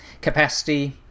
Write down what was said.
capacity